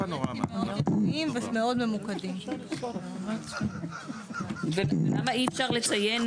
ולמה אי אפשר לציין,